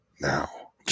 now